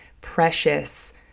precious